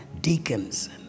deacons